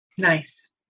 Nice